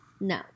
No